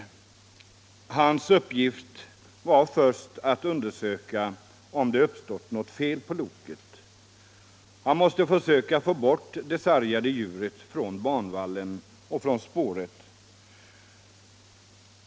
Hans uppgift var att först undersöka. om det hade uppstått något fel på loket. Han måste därvid försöka få bort det sargade djuret från spåret och från banvallen.